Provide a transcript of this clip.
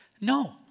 No